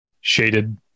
shaded